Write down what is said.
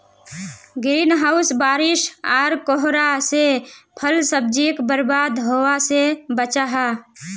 green house बारिश आर कोहरा से फल सब्जिक बर्बाद होवा से बचाहा